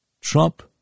Trump